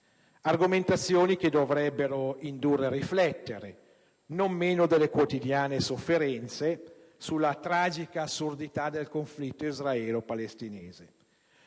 argomentazioni dovrebbero indurci a riflettere non meno delle quotidiane sofferenze sulla tragica assurdità del conflitto israelo-palestinese.